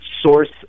source